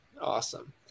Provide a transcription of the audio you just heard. Awesome